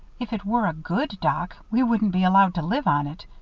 if it were a good dock, we wouldn't be allowed to live on it.